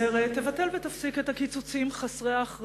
חוזרת: תבטל ותפסיק את הקיצוצים חסרי האחריות